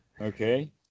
Okay